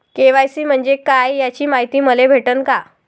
KYC म्हंजे काय याची मायती मले भेटन का?